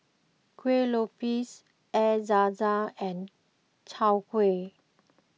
Kueh Lopes Air Zam Zam and Chai Kueh